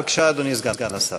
אדוני סגן השר,